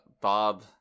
Bob